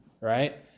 right